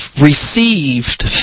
received